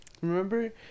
Remember